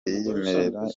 yiyemerera